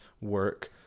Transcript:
work